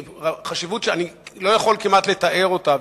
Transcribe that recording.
עם חשיבות שאני לא יכול כמעט לתאר אותה.